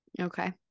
okay